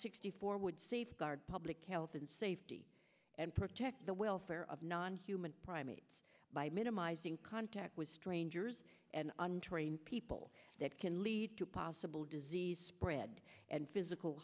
sixty four would safeguard public health and safety and protect the welfare of non human primates by minimizing contact with strangers and untrained people that can lead to possible disease spread and physical